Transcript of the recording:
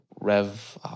Rev